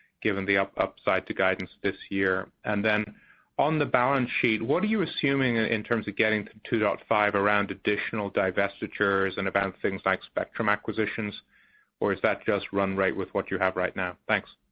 given the upside to guidance this year? and then on the balance sheet, what are you assuming and in terms of getting to two point ah five around additional divestitures and about things like spectrum acquisitions or is that just run rate with what you have right now? thanks a